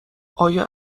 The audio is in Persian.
ایا